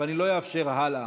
ואני לא אאפשר הלאה.